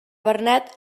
bernat